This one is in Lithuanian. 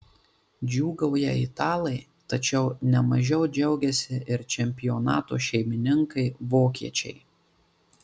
džiūgauja italai tačiau ne mažiau džiaugiasi ir čempionato šeimininkai vokiečiai